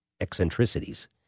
eccentricities